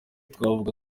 twavuga